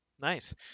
Nice